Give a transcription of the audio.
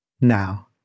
Now